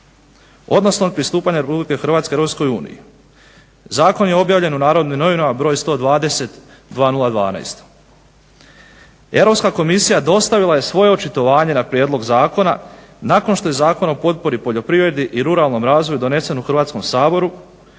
odnosno pristupanja Hrvatske EU. Zakon je objavljen u NN br. 120/2012. Europska komisija dostavila je svoje očitovanje na prijedlog zakona nakon što je Zakon o potpori poljoprivredi i ruralnom razvoju donesen u Hrvatskom saboru